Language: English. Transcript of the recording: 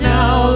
Now